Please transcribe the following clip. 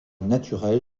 naturel